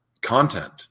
content